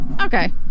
Okay